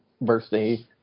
birthday